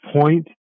point